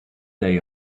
day